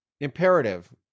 imperative